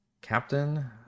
Captain